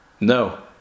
No